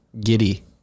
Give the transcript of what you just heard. Giddy